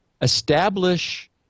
establish